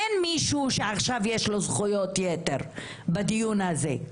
אין מישהו שעכשיו יש לו זכויות יתר בדיון הזה.